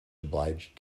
obliged